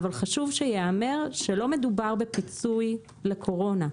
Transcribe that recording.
אבל חשוב שייאמר שלא מדובר בפיצוי לקורונה,